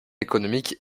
économique